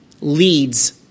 leads